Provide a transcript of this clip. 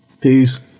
Peace